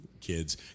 kids